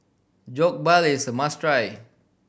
jokbal is a must try